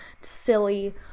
silly